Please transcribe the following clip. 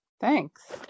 thanks